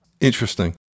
Interesting